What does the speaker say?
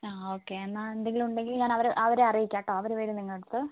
ആ ഓക്കെ എന്നാൽ എന്തെങ്കിലും ഉണ്ടെങ്കിൽ ഞാൻ അവരെ അവരെ അറിയിക്കാം കേട്ടോ അവർ വരും നിങ്ങളുടെ അടുത്ത്